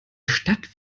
stadt